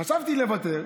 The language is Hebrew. חשבתי לוותר,